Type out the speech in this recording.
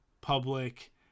public